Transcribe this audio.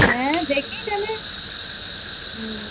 হ্যাঁ দেখি তাহলে হুম